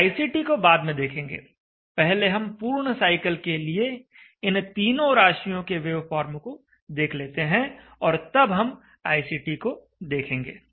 हम icT को बाद में देखेंगे पहले हम पूर्ण साइकिल के लिए इन तीनों राशियों के वेवफॉर्म को देख लेते हैं और तब हम icT को देखेंगे